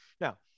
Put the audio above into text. Now